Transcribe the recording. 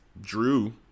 Drew